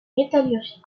métallurgie